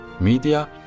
media